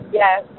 yes